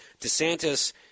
DeSantis